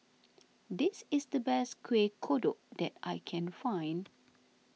this is the best Kuih Kodok that I can find